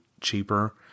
cheaper